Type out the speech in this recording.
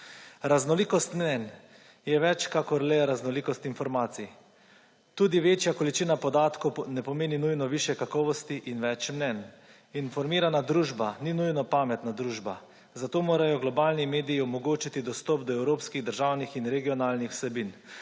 Raznolikost mnenj je več kakor le raznolikost informacij. Tudi večja količina podatkov ne pomeni nujno višje kakovosti in več mnenj. Informirana družba ni nujno pametna družba, zato morajo globalni mediji omogočiti dostop do evropskih državnih in regionalnih vsebin.